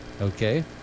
Okay